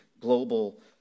global